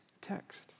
text